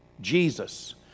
jesus